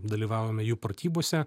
dalyvavome jų pratybose